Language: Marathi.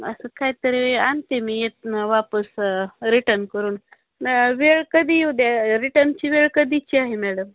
असं काहीतरी आणते मी येताना वापस रिटन करून वेळ कधी येऊ द्या रिटर्नची वेळ कधीची आहे मॅडम